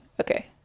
Okay